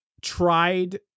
tried